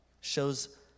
Shows